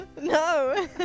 No